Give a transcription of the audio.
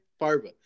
Farba